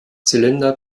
zylinder